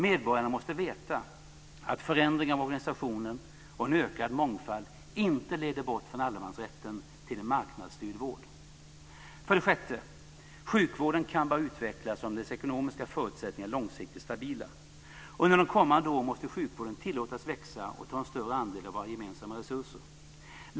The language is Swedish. Medborgarna måste veta att förändring av organisationen och en ökad mångfald inte leder bort från allemansrätten till en marknadsstyrd vård. För det sjätte: Sjukvården kan bara utvecklas om dess ekonomiska förutsättningar är långsiktigt stabila. Under de kommande åren måste sjukvården tillåtas växa och ta en större andel av våra gemensamma resurser.